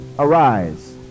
arise